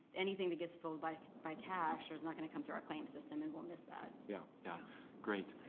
anything that gets filled by by cash is not gonna come through our claims system and we'll miss that. yeah yeah great.